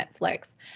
Netflix